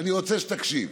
אני רוצה שתקשיב.